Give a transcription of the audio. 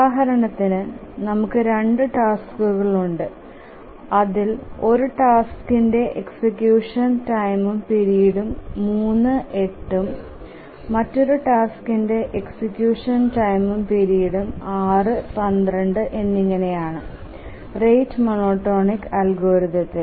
ഉദാഹരണത്തിന് നമുക്ക് 2 ടാസ്ക്കുകൾ ഉണ്ട് അതിൽ ഒരു ടാസ്ക്ന്ടെ എക്സിക്യൂഷൻ ടൈംഉം പീരിയഡ്ഉം 3 8 ഉം മറ്റൊരു ടാസ്ക്ന്ടെ എക്സിക്യൂഷൻ ടൈംഉം പീരിയഡ്ഉം 6 12 എന്നിങ്ങനെയാണ് റേറ്റ് മോണോടോണിക് അൽഗോരിതത്തിൽ